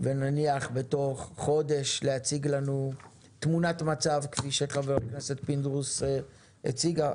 נניח שתוך חודש תציגו לנו את תמונת המצב במה שחבר הכנסת פינדרוס הציג,